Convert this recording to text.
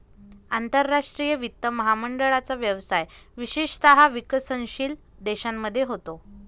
आंतरराष्ट्रीय वित्त महामंडळाचा व्यवसाय विशेषतः विकसनशील देशांमध्ये होतो